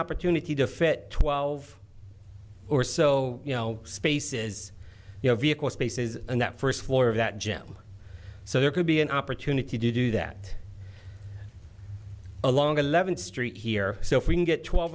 opportunity to fit twelve or so you know spaces you know vehicle spaces and that first floor of that gym so there could be an opportunity to do that along eleventh street here so if we can get twelve